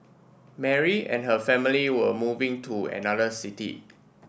Mary and her family were moving to another city